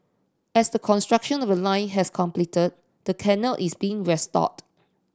as the construction of the line has completed the canal is being restored